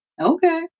Okay